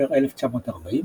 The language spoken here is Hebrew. באוקטובר 1940,